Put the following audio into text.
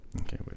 Okay